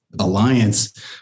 alliance